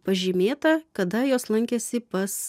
pažymėta kada jos lankėsi pas